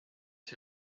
who